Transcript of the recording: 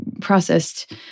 processed